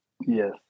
Yes